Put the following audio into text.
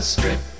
Strip